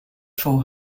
for